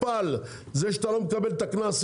זה שאתה לא מקבל את הקנס,